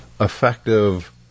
Effective